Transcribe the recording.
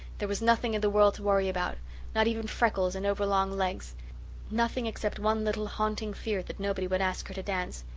there was nothing in the world to worry about not even freckles and over-long legs nothing except one little haunting fear that nobody would ask her to dance.